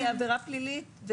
בעבירה פלילית.